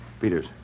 Peters